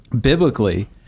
biblically